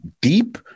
deep